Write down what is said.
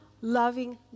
loving